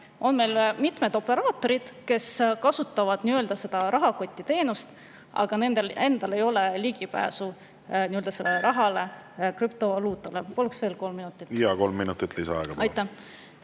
on meil mitmed operaatorid, kes kasutavad seda nii-öelda rahakotiteenust, aga nendel endal ei ole ligipääsu sellele rahale, krüptovaluutale. Palun veel kolm minutit. Jaa, kolm minutit lisaaega, palun!